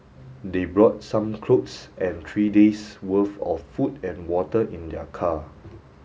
they brought some clothes and three days' worth of food and water in their car